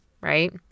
right